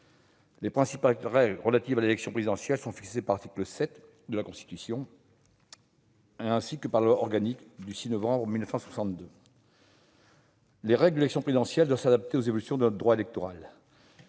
Les principales règles relatives à l'élection présidentielle sont fixées par l'article 7 de la Constitution, ainsi que par la loi organique du 6 novembre 1962. Les règles de l'élection présidentielle doivent s'adapter aux évolutions de notre droit électoral